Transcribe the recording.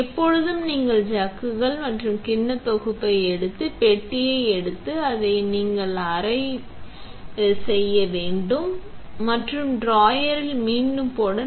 எப்போது நீங்கள் சக்குகள் மற்றும் கிண்ணம் தொகுப்பு எடுத்து பெட்டியை எடுத்து அதை நீங்கள் அறை வேண்டும் என்று டிராயரில் மீண்டும் போட